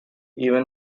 even